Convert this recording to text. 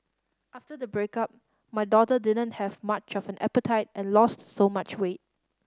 after the breakup my daughter didn't have much of an appetite and lost so much weight